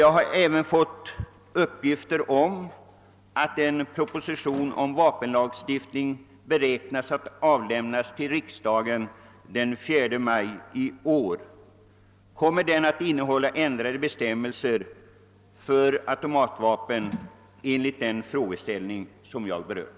Jag har även fått uppgifter om att en proposition om vapenlagstiftning beräknas bli avlämnad hos riksdagen den 4 maj i år. Kommer den att innehålla ändrade bestämmelser beträffande automatvapen i de avseenden som jag berört?